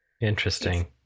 Interesting